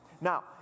Now